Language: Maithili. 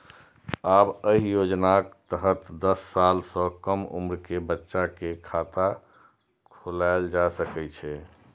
आब एहि योजनाक तहत दस साल सं कम उम्र के बच्चा के खाता खोलाएल जा सकै छै